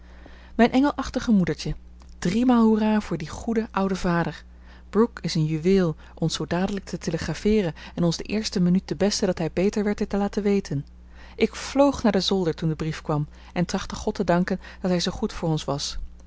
mijn engelachtig moedertje driemaal hoera voor dien goeden ouden vader brooke is een juweel ons zoo dadelijk te telegrafeeren en ons de eerste minuut de beste dat hij beter werd dit te laten weten ik vloog naar den zolder toen de brief kwam en trachtte god te danken dat hij zoo goed voor ons was